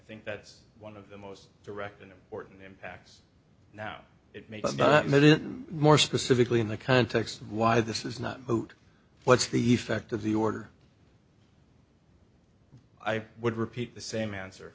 think that's one of the most direct an important impacts now it may but not many more specifically in the context of why this is not vote what's the effect of the order i would repeat the same answer